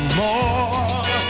more